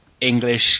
English